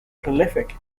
prolific